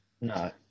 No